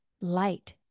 light